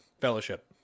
fellowship